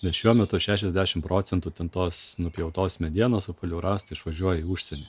nes šiuo metu šešiasdešimt procentų ten tos nupjautos medienos apvalių rąstų išvažiuoja į užsienį